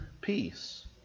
peace